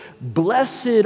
blessed